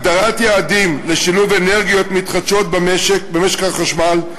הגדרת יעדים לשילוב אנרגיות מתחדשות במשק החשמל,